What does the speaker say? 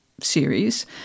series